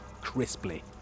crisply